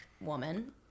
woman